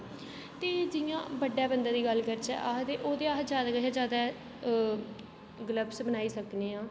ते जि'यां बड्डे बंदे दी गल्ल करचै आखदे ओह्दे अस जादा कशा जादा गलव्स बनाई सकने आं